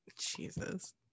Jesus